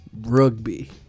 Rugby